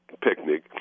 picnic